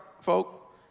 folk